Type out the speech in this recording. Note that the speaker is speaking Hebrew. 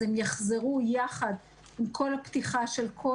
אז הם יחזרו יחד עם כל הפתיחה של כל